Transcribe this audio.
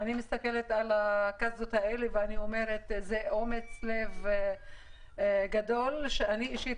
אני מסתכלת על זה ואומרת לעצמי שזה אומץ לב גדול שאני אישית